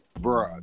bro